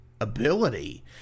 ability